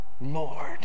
Lord